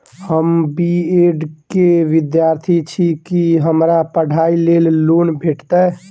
हम B Ed केँ विद्यार्थी छी, की हमरा पढ़ाई लेल लोन भेटतय?